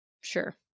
Sure